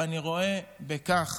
ואני רואה בכך